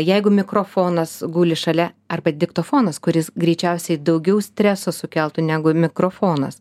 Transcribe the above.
jeigu mikrofonas guli šalia arba diktofonas kuris greičiausiai daugiau streso sukeltų negu mikrofonas